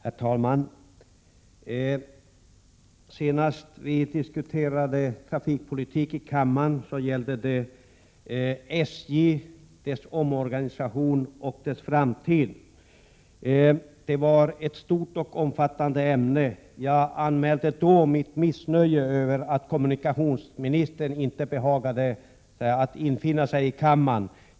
Herr talman! Senast vi diskuterade trafikpolitik i kammaren gällde det SJ, dess omorganisation och dess framtid. Det var ett stort och omfattande ämne. Jag anmälde då mitt missnöje med att kommunikationsministern inte behagade infinna sig i kammaren.